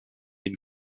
ihn